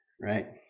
right